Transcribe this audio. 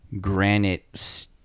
granite